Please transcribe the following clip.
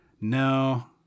No